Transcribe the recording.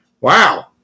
Wow